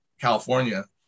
California